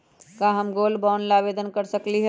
का हम gold bond ला आवेदन कर सकली ह?